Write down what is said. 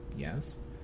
yes